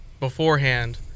beforehand